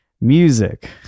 music